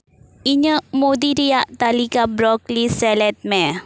ᱤᱧᱟᱹᱜ ᱢᱩᱫᱤ ᱨᱮᱭᱟᱜ ᱛᱟᱹᱞᱤᱠᱟ ᱵᱨᱚᱠᱞᱤ ᱥᱮᱞᱮᱫ ᱢᱮ